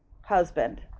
husband